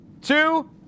two